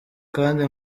kandi